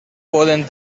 poden